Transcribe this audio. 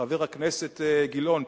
חבר הכנסת גילאון,